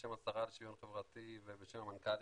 בשם השרה לשוויון חברתי ובשם המנכ"לית,